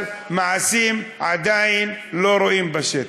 אבל מעשים עדיין לא רואים בשטח.